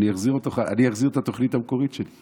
אני אחזיר את התוכנית המקורית שלי.